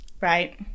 Right